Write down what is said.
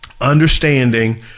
understanding